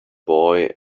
boy